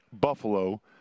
Buffalo